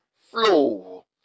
flow